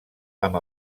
amb